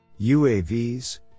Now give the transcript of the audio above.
uavs